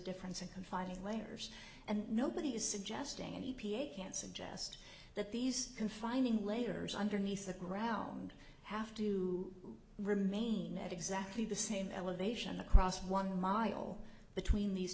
difference in confining layers and nobody is suggesting any ph can suggest that these confining layers underneath the ground have to remain at exactly the same elevation across one mile between these